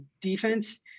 defense